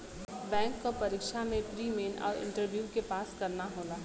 bank क परीक्षा में प्री, मेन आउर इंटरव्यू के पास करना होला